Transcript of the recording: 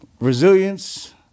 Resilience